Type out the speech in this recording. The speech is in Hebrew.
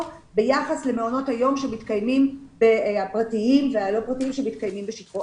ביחס למעונות היום הפרטיים והלא פרטיים שמתקיימים בשטחו.